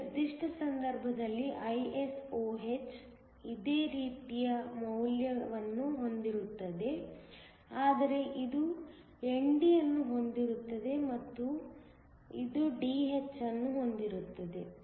ಈ ನಿರ್ದಿಷ್ಟ ಸಂದರ್ಭದಲ್ಲಿ ISOh ಇದೇ ರೀತಿಯಮೌಲ್ಯವನ್ನು ಹೊಂದಿರುತ್ತದೆ ಆದರೆ ಇದು ND ಅನ್ನು ಹೊಂದಿರುತ್ತದೆ ಮತ್ತು ಇದು Dh ಅನ್ನು ಹೊಂದಿರುತ್ತದೆ